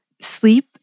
Sleep